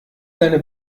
seine